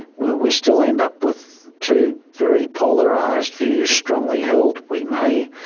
will we still end up with two very polarised views strongly held? we may.